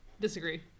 Disagree